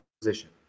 position